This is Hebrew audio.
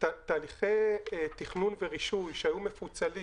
תהליכי תכנון ורישוי שהיו מפוצלים